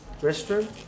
Restroom